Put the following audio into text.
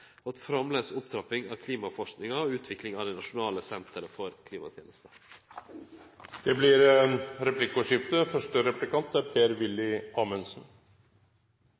ei framleis opptrapping av klimaforskinga og ei utvikling av det nasjonale senteret for klimatenester. Det blir replikkordskifte.